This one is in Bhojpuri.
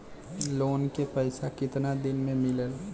लोन के पैसा कितना दिन मे मिलेला?